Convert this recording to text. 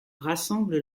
rassemble